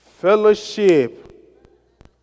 Fellowship